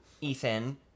Ethan